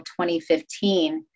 2015